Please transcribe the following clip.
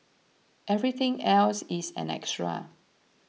everything else is an extra